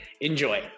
Enjoy